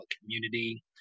community